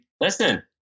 listen